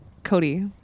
cody